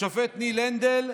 השופט ניל הנדל,